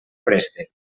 préstec